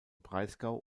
breisgau